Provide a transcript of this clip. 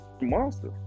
Monster